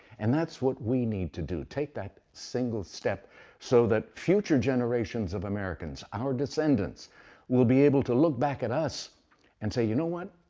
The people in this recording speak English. and that's what we need to do, take that single step so that future generations of americans, our descendants will be able to look back at us and say, you know what?